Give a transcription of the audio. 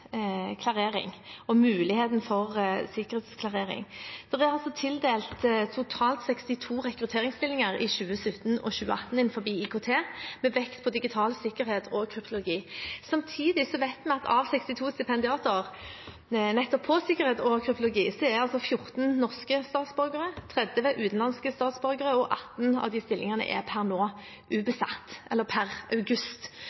vekt på digital sikkerhet og kryptologi. Samtidig vet vi at av 62 stipendiater for nettopp sikkerhet og kryptologi, er det 14 norske statsborgere og 30 utenlandske statsborgere, og 18 av stillingene er per